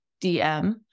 DM